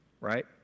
right